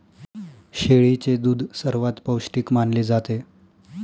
शेळीचे दूध सर्वात पौष्टिक मानले जाते